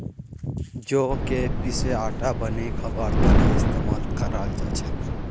जौ क पीसे आटा बनई खबार त न इस्तमाल कराल जा छेक